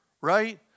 right